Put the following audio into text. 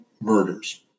murders